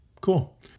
Cool